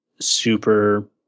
super